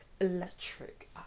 electric